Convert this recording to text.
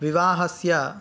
विवाहस्य